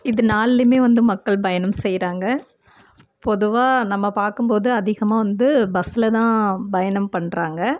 இது நாலுலையுமே வந்து மக்கள் பயணம் செய்கிறாங்க பொதுவாக நம்ம பார்க்கும் போது அதிகமாக வந்து பஸ்ஸில் தான் பயணம் பண்ணுறாங்க